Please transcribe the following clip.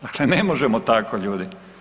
Dakle, ne možemo tako ljudi.